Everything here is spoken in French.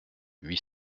huit